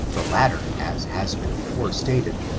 the latter, as has been before stated,